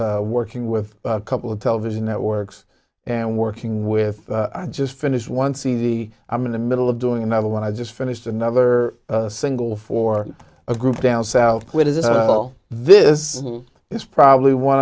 working with a couple of television networks and working with i just finished one cd i'm in the middle of doing another one i just finished another single for a group down south which is up this is probably one